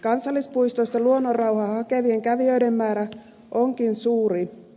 kansallispuistoista luonnonrauhaa hakevien kävijöiden määrä onkin suuri